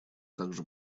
также